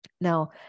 Now